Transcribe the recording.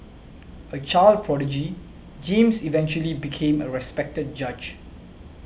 a child prodigy James eventually became a respected judge